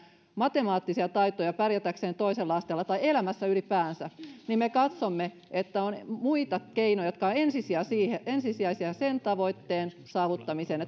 matemaattisia taitoja pärjätäkseen toisella asteella tai elämässä ylipäänsä niin me katsomme että on muita keinoja jotka ovat ensisijaisia sen tavoitteen saavuttamiseen